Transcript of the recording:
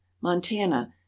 Montana